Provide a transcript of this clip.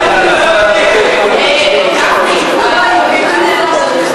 עכשיו הם יחליפו.